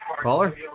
Caller